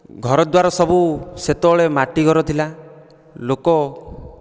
ଘରଦ୍ୱାର ସବୁ ସେତେବେଳେ ମାଟି ଘର ଥିଲା ଲୋକ